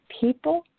people